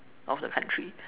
of the country